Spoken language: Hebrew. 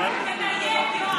זה לא נכון.